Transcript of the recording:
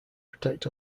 protect